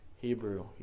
Hebrew